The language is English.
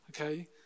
Okay